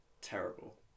Terrible